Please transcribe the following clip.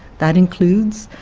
that includes,